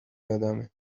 یادمه